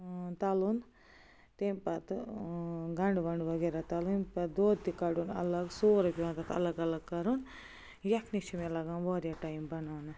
ٲں تلُن تمہِ پتہٕ ٲں گنٛڈٕ ونٛڈٕ وغیرہ تلٕنۍ پتہٕ دۄدھ تہِ کڑُن الگ سورٕے پیٚوان تتھ الگ الگ کرُن یکھنہِ چھُ مےٚ لگان واریاہ ٹایم بناونس